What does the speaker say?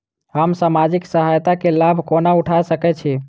हम सामाजिक सहायता केँ लाभ कोना उठा सकै छी?